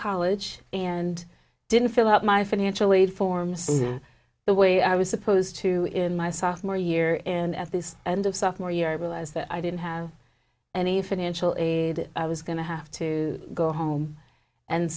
college and i didn't fill out my financial aid forms the way i was supposed to in my sophomore year and this and of sophomore year i realize that i didn't have any financial aid i was going to have to go home and